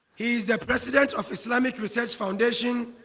he is the president of islamic research foundation